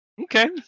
Okay